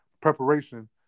preparation